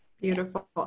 Beautiful